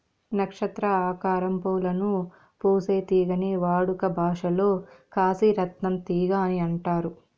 నక్షత్ర ఆకారం పూలను పూసే తీగని వాడుక భాషలో కాశీ రత్నం తీగ అని అంటారు